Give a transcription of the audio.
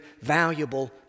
valuable